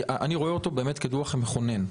ואני רואה אותו באמת כדוח מכונן: